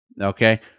Okay